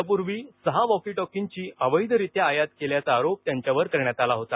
यापूर्वी सहा वॉकीटॉकींची अवैधरित्या आयात केल्याचा आरोप त्यांच्यावर करण्यात आला होता